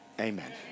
amen